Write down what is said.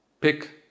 pick